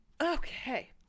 Okay